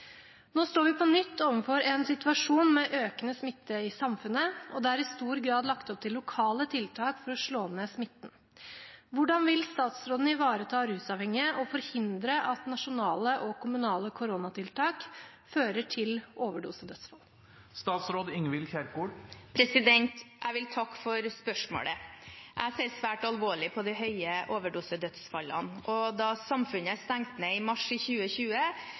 Nå står vi på nytt overfor en situasjon med økende smitte i samfunnet, og det er i stor grad lagt opp til lokale tiltak for å slå ned smitten. Hvordan vil statsråden ivareta rusavhengige og forhindre at nasjonale og kommunale koronatiltak fører til overdosedødsfall?» Jeg vil takke for spørsmålet. Jeg ser svært alvorlig på det høye antallet overdosedødsfall. Da samfunnet stengte ned i mars 2020,